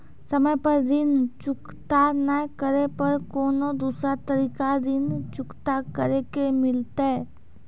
समय पर ऋण चुकता नै करे पर कोनो दूसरा तरीका ऋण चुकता करे के मिलतै?